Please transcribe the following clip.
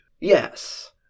yes